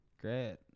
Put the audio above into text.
Great